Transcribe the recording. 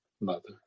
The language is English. mother